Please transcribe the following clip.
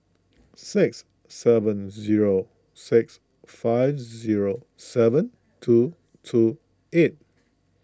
six seven zero six five zero seven two two eight